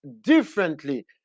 differently